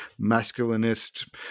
masculinist